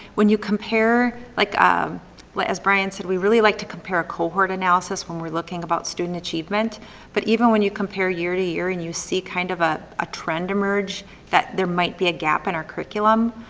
when you compare, like ah like as brian said, we really like to compare cohort analysis when we're looking about student achievement but even when you compare year to year and you see kind of ah a trend emerge that there might be a gap in our curriculum,